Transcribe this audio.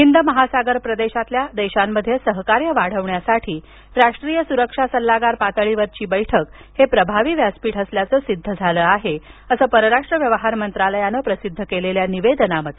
हिंद महासागर प्रदेशातल्या देशांमध्ये सहकार्य वाढवण्यासाठी राष्ट्रीय सुरक्षा सल्लागार पातळीवरील बैठक हे प्रभावी व्यासपीठ असल्याचं सिद्ध झालं असल्याचं परराष्ट्र मंत्रालयानं प्रसिद्ध केलेल्या निवेदनात म्हटलं आहे